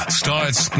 starts